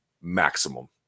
maximum